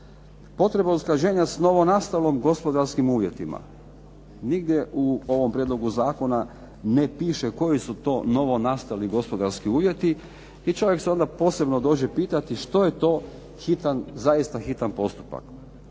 potreba usklađenja s novonastalim gospodarskim uvjetima. Nigdje u ovom prijedlogu zakona ne piše koji su to novonastali gospodarski uvjeti i čovjek se onda posebno dođe pitati što je to zaista hitni postupak.